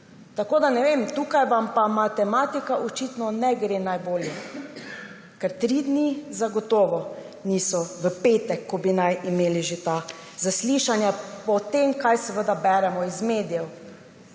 Tako da ne vem, tukaj vam pa matematika očitno ne gre najbolje, ker trije dnevi zagotovo ne bodo v petek, ko bi naj imeli že ta zaslišanja, po tem kar seveda beremo iz medijev.